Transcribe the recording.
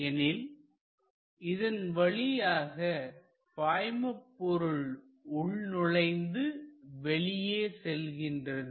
எனில் இதன் வழியாக பாய்மபொருள் உள்நுழைந்து வெளியே செல்கின்றது